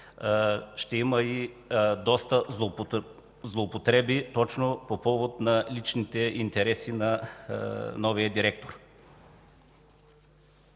ще има и доста злоупотреби точно по повод на личните интереси на новия директор.